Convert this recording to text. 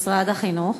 משרד החינוך,